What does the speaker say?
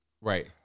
Right